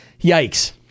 yikes